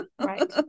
Right